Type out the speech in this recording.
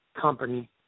company